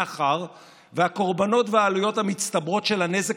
מאחר שהקורבנות והעלויות המצטברות של הנזק